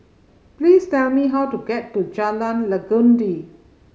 please tell me how to get to Jalan Legundi